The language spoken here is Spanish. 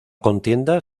contienda